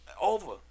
over